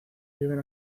viven